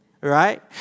Right